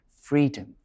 freedom